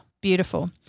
beautiful